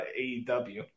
AEW